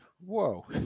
Whoa